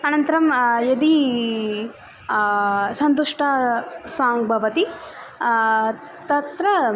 अनन्तरं यदि सन्तुष्टं साङ्ग् भवति तत्र